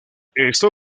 esto